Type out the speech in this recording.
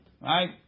right